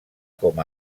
com